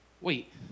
Wait